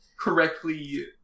correctly